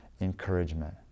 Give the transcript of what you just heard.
encouragement